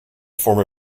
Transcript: former